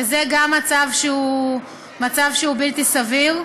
וזה גם מצב שהוא בלתי סביר.